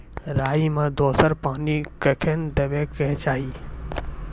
राई मे दोसर पानी कखेन देबा के चाहि?